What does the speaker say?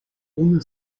una